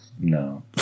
No